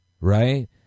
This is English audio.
right